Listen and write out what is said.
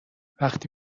وقتی